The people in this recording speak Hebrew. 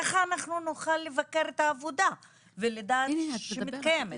כך נוכל לבקר את העבודה ולדעת שהיא מתקיימת.